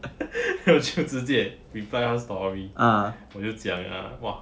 我就直接 reply 她的 story 我就讲 err !wah!